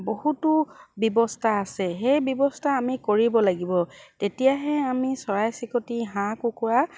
বহুতো ব্যৱস্থা আছে সেই ব্যৱস্থা আমি কৰিব লাগিব তেতিয়াহে আমি চৰাই চিৰিকটি হাঁহ কুকুৰা